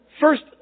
first